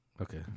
Okay